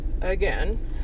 again